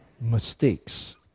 mistakes